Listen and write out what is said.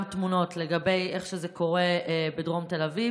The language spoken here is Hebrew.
תמונות לגבי איך שזה קורה בדרום תל אביב,